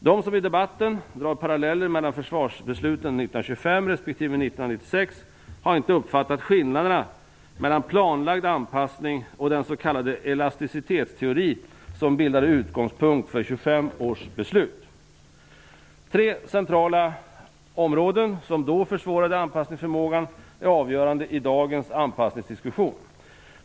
De som i debatten drar paralleller mellan försvarsbesluten 1925 och 1996 har inte uppfattat skillnaderna mellan planlagd anpassning och den s.k. elasticitetsteori som bildade utgångspunkt för 1925 års beslut. Tre centrala områden som då försvårade anpassningsförmågan är avgörande i dagens anpassningsdiskussion.